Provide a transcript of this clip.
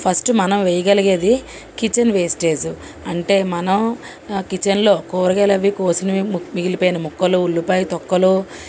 first మనం వేయగలిగేది kitchen wastage అంటే మనం కిచెన్లో కూరగాయలవి కోసినవి ము మిగిలిపోయిన ముక్కలు ఉల్లిపాయ తొక్కలు